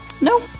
no